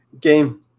game